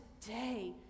today